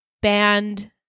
band